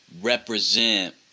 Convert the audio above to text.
represent